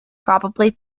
probably